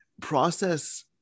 process